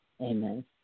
Amen